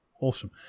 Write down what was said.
Awesome